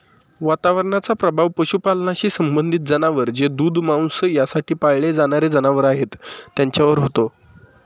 वातावरणाचा प्रभाव पशुपालनाशी संबंधित जनावर जे दूध, मांस यासाठी पाळले जाणारे जनावर आहेत त्यांच्यावर होतो